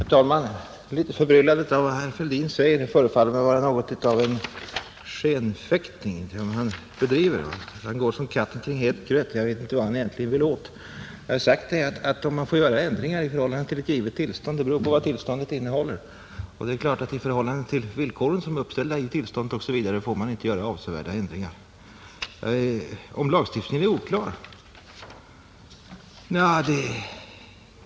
Herr talman! Jag blev litet förbryllad över vad herr Fälldin sade. Det förefaller vara något av skenfäktning som han bedriver; han går som katten kring het gröt — jag vet inte vad han egentligen vill åt. Om man får göra ändringar i förhållande till ett givet tillstånd beror, som jag sagt, på vad tillståndet innehåller. Man får naturligtvis inte göra avsevärda ändringar i förhållande till de villkor som är uppställda i tillståndet. Herr Fälldin undrade också om lagen är oklar.